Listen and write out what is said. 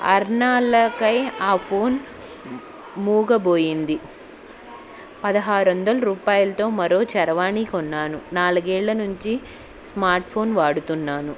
ఆరు నెలలై ఆ ఫోన్ మూగబోయింది పదహారొందల రూపాయలతో మరో చరవాణి కొన్నాను నాలుగేళ్ళ నుంచి స్మార్ట్ ఫోన్ వాడుతున్నాను